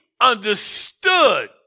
understood